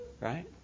Right